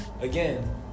again